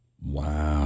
Wow